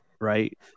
right